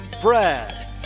brad